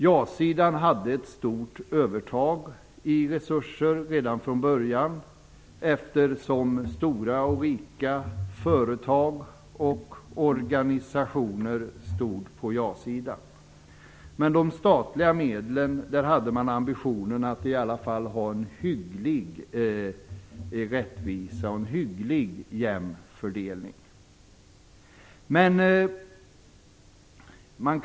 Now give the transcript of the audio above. Ja-sidan hade ett stort övertag i resurser redan från början eftersom stora och rika företag och organisationer stod på ja-sidan. Men man hade ambitionen att åtminstone ha en hygglig rättvisa och en hyggligt jämn fördelning av de statliga medlen.